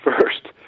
first